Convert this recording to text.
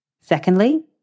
Secondly